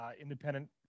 independent